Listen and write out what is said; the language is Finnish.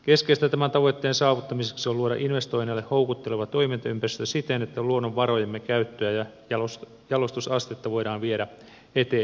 keskeistä tämän tavoitteen saavuttamiseksi on luoda investoinneille houkutteleva toimintaympäristö siten että luonnonvarojemme käyttöä ja jalostusastetta voidaan viedä eteenpäin